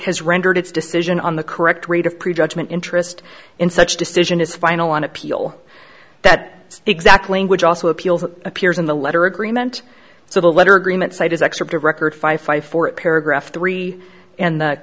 has rendered its decision on the correct rate of pre judgement interest in such decision is final on appeal that exact language also appeals that appears in the letter agreement so the letter agreement side is excerpt of record five five four paragraph three and the